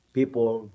people